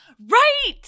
right